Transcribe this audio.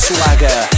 Swagger